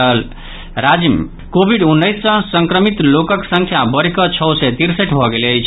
एम्हर राज्य मे कोविड उन्नैस सँ संक्रमित लोकक संख्या बढ़ि कऽ छओ सय तिरसठि भऽ गेल अछि